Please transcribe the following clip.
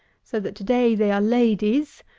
so that, to-day, they are ladies,